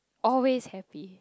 always happy